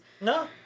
No